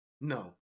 no